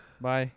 Bye